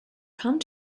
come